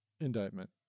indictment